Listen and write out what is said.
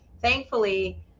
thankfully